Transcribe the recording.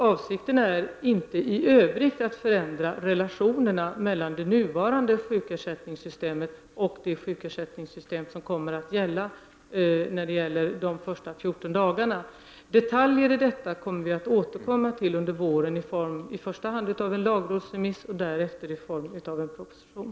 Avsikten är inte i Övrigt att förändra relationerna mellan det nuvarande sjukersättningssystemet och det sjukersättningssystem som kommer att träda in under de första 14 dagarna. Detaljer i detta kommer vi att återvända till under våren, först i en lagrådsremiss och därefter i en proposition.